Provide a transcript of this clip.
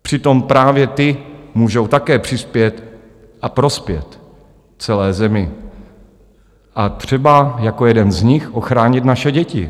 Přitom právě ty můžou také přispět a prospět celé zemi a třeba jako jeden z nich ochránit naše děti.